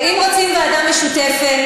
אם רוצים ועדה משותפת,